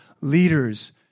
leaders